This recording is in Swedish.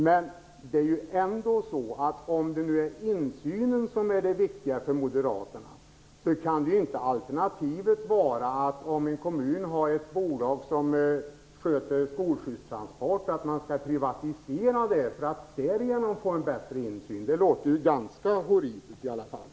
Men om det nu är insynen som är det viktiga för Moderaterna kan inte alternativet vara att privatisera ett bolag som sköter skolskjutsverksamhet i en kommun för att därigenom få en bättre insyn. Det låter ganska horribelt.